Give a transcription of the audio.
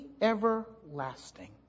everlasting